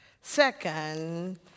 Second